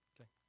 Okay